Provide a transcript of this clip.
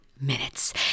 minutes